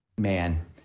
Man